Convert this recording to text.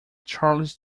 charles